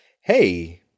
hey